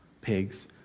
pigs